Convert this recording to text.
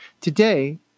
today